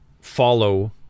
follow